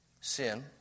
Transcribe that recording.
sin